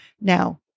Now